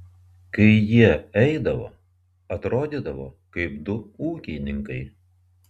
kai jie eidavo atrodydavo kaip du ūkininkai